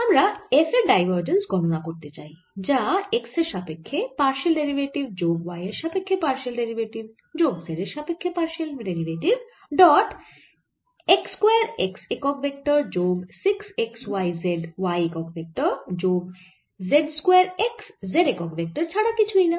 আমরা f এর divergence গণনা করতে চাই যা x এর সাপেক্ষ্যে পারশিয়াল ডেরিভেটিভ যোগ y এর সাপেক্ষ্যে পারশিয়াল ডেরিভেটিভ যোগ z এর সাপেক্ষ্যে partial derivative dot x square x একক ভেক্টর যোগ 6 x y z y একক ভেক্টর যোগ z স্কয়ার x z একক ভেক্টর ছাড়া কিছুই না